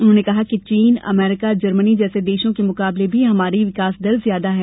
उन्होंने कहा कि चीन अमेरिका जर्मनी जैसे देशों के मुकाबले भी हमारी विकास दर ज्यादा है